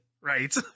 Right